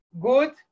good